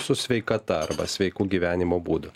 su sveikata arba sveiku gyvenimo būdu